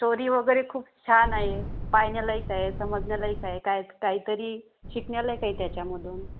story वगैरे खूप छान आहे पाहण्यालायक आहे समजण्यालायक आहे काय काही तरी शिकण्यालायक आहे त्याच्यामधून